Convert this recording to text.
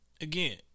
again